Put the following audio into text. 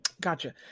Gotcha